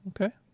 okay